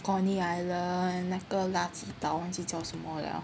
Coney Island 那个垃圾岛忘记叫什么了